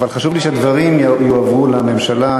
אבל חשוב לי שהדברים יועברו לממשלה.